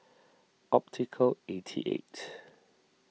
Optical eighty eight